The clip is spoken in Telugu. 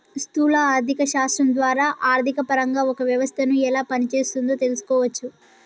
స్థూల ఆర్థిక శాస్త్రం ద్వారా ఆర్థికపరంగా ఒక వ్యవస్థను ఎలా పనిచేస్తోందో తెలుసుకోవచ్చు